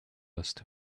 lost